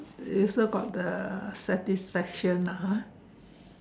you also got the satisfaction lah ha